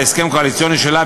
בהסכם הקואליציוני שלה,